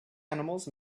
animals